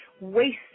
waste